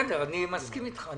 בסדר, אני מסכים אתך.